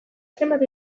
zenbat